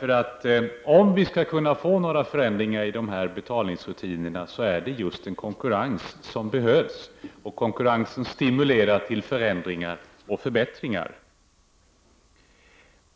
För att det skall gå att få förändringar i betalningsrutinerna behövs det just konkurrens. Konkurrensen stimulerar till förändringar och förbättringar.